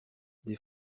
des